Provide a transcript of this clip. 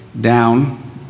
down